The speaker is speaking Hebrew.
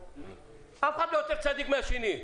אף אחד לא צדיק מהשני פה.